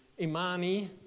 Imani